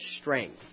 strength